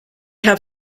have